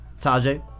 Tajay